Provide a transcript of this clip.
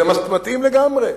זה מתאים לגמרי.